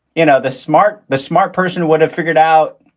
you know, the smart the smart person would have figured out,